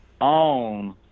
own